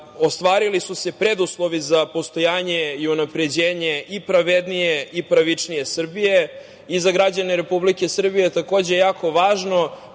ostvarili su se preduslovi za postojanje i unapređenje i pravednije i pravičnije Srbije i za građane Republike Srbije takođe jako važno,